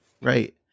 Right